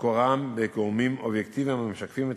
מקורם בגורמים אובייקטיביים המשקפים את